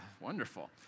wonderful